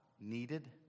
needed